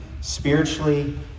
spiritually